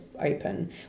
open